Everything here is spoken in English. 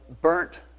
burnt